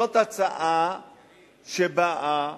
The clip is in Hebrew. זאת הצעה שבאה